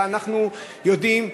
אנחנו יודעים,